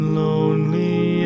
lonely